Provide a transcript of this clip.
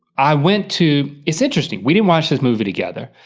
i went to, it's interesting, we didn't watch this movie together.